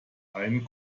einen